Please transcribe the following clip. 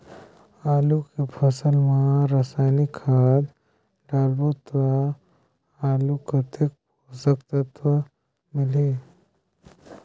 आलू के फसल मा रसायनिक खाद डालबो ता आलू कतेक पोषक तत्व मिलही?